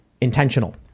intentional